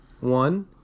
One